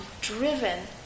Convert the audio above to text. driven